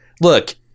Look